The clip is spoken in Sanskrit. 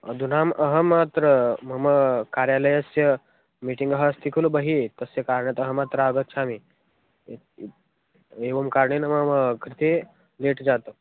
अधुना अहम् अत्र मम कार्यालयस्य मीटिङ्ग् अस्ति खलु बहिः तस्य कारणतः अहमत्र आगच्छामि एवं कारणेन मम कृते लेट् जातम्